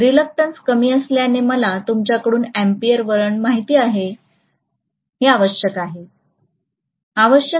reluctance कमी असल्याने मला तुमच्याकडून एम्पीयर वळण माहित असणे आवश्यक आहे